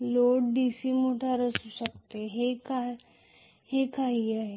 load DC motor असू शकते जे काही आहे